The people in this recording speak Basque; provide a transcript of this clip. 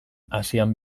asian